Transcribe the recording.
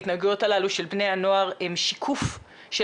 ההתנהגויות הללו של בני הנוער הם שיקוף של